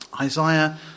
Isaiah